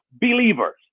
believers